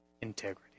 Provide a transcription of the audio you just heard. integrity